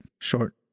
Short